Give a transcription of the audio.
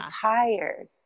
tired